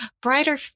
brighter